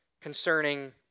concerning